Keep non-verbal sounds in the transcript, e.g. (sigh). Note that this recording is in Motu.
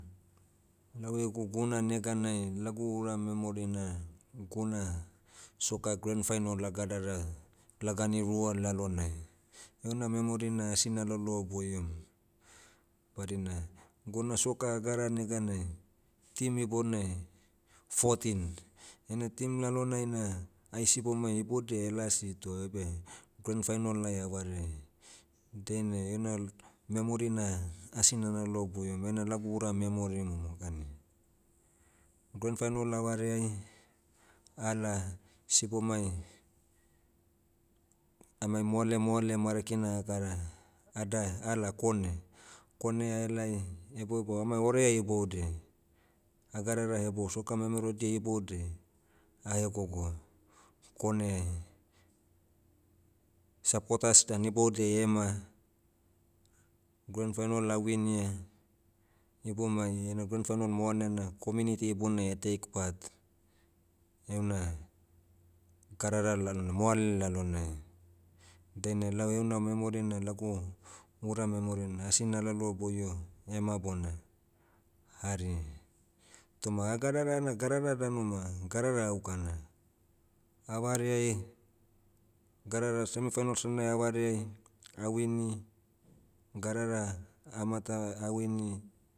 Lau egu guna neganai lagu ura memory na, guna, soccer grand final agadara, lagani rua lalonai. Heuna memory na asi nalaloa boiom. Badina, guna soccer agadara neganai, team ibonai, fourteen. Heina team lalonai na, ai sibomai ibodiai (hesitation) lasi toh oibe, grand final ai avareai. Dainai ena, memory na, asi nalaloa boiom eina lagu ura memory momokani. Grand final avareai, ala, sibomai, amai moale moale marakina akara, adae, ala kone. Kone ahelai, hebouhebou amai orea iboudiai. Agadara hebou soccer memerodia iboudiai, ahegogo, koneai. Supporters dan iboudiai ema, grand final awinia, iboumai ena grand final moalena community ibonai (hesitation) take part, heuna, gadara lalona- moale lalonai. Dainai lau heuna memory na lagu, ura memory na asi nalaloa boio, ema bona, hari. Toma agadara ena gadara danu ma, gadara aukana. Avareai, gadara semi finals laonai avareai, ah wini, gadara, amata- ah wini